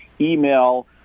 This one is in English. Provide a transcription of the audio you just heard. email